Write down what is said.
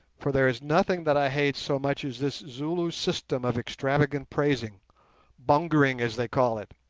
for there is nothing that i hate so much as this zulu system of extravagant praising bongering as they call it.